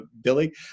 Billy